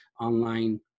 online